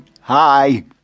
Hi